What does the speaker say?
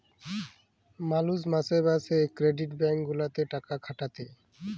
মালুষ মাসে মাসে ক্রেডিট ব্যাঙ্ক গুলাতে টাকা খাটাতে